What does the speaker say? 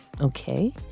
Okay